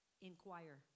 Inquire